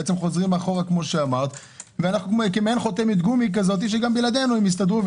חוזרים אחורה ואנחנו כמעין חותמת גומי שגם בלעדינו יסתדרו,